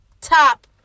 top